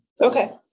Okay